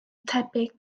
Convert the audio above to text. tebyg